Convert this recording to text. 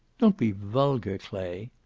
don't be vulgar, clay.